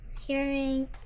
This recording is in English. hearing